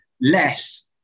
less